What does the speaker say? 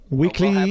weekly